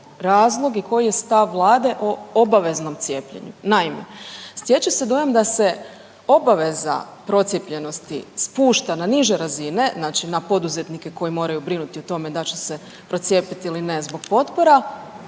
i koji je stav vlade o obaveznom cijepljenju? Naime, stječe se dojam da se obaveza procijepljenosti spušta na niže razine, znači na poduzetnike koji moraju brinuti o tome da će se procijepiti ili ne zbog potpora,